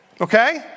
Okay